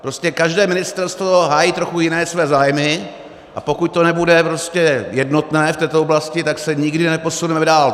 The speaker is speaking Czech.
Prostě každé ministerstvo hájí trochu jiné své zájmy, a pokud to nebude jednotné v této oblasti, tak se nikdy neposuneme dál.